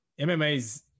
mma's